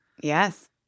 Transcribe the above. yes